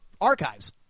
archives